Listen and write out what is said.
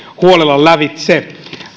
huolella lävitse